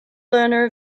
learner